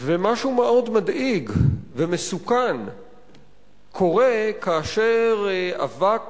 ומשהו מאוד מדאיג ומסוכן קורה כאשר אבק